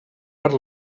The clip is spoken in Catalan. per